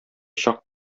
чак